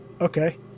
Okay